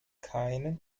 keinen